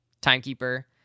timekeeper